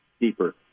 deeper